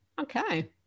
Okay